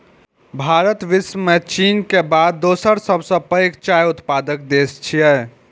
भारत विश्व मे चीन के बाद दोसर सबसं पैघ चाय उत्पादक देश छियै